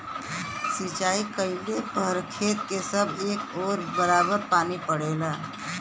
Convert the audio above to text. सिंचाई कइले पर खेत क सब ओर एक बराबर पानी पड़ेला